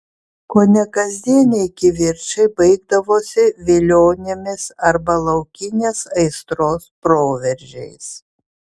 kone kasdieniai kivirčai baigdavosi vilionėmis arba laukinės aistros proveržiais